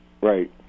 Right